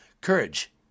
Courage